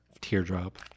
Teardrop